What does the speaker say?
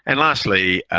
and lastly,